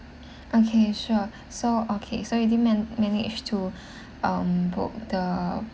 okay sure so okay so you did man~ managed to um book the